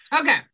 Okay